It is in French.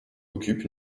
occupe